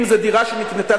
אם זה דירה שנקנתה,